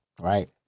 right